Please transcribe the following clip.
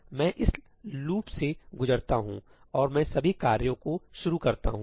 मैं इस लूप से गुजरता हूं और मैं सभी कार्यों को शुरू करता हूं